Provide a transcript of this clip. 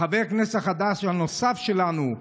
לחבר הכנסת החדש הנוסף החדש שלנו,